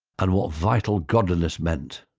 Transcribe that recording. and what vital godliness meant,